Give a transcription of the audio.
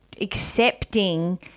accepting